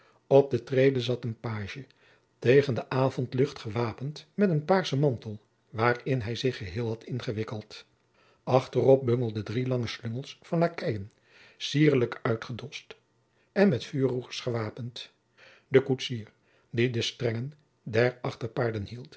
op de trede zat een pagie tegen de avondlucht gewapend met een paarssen mantel waarin hij zich geheel had ingewikkeld achterop bungelden drie lange slungels van lakeien cierlijk uitgedoscht en met vuurroers gewapend de koetsier die de strengen der achterpaarden